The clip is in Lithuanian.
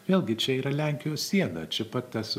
vėlgi čia yra lenkijos siena čia pat tas